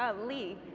ah lee,